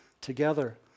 together